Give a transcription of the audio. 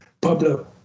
Pablo